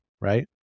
right